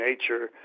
nature